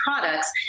products